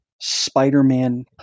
Spider-Man